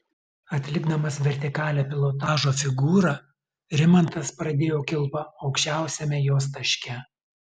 atlikdamas vertikalią pilotažo figūrą rimantas pradėjo kilpą aukščiausiame jos taške